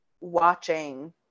watching